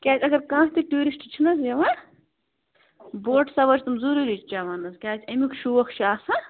کیٛازِ اگر کانٛہہ تہِ ٹوٗرشٹ چھُنَہ حظ یِوان بۄٹہٕ سَوٲرۍ چھِ تِم ضُروٗری چٮ۪وان حظ کیٛازِ امیُک شوق چھُ آسان